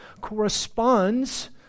corresponds